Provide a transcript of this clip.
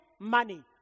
money